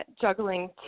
juggling